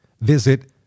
Visit